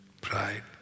Pride